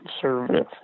conservative